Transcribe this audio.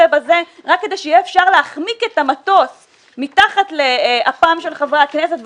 בזה רק כדי שיהיה אפשר "להחמיק" את המטוס מתחת לאפם של חברי הכנסת,